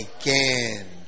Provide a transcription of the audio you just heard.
again